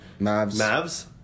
Mavs